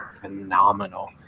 phenomenal